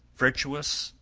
virtuous,